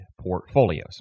portfolios